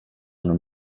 non